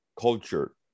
culture